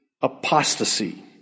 apostasy